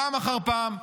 פעם אחר פעם,